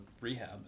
rehab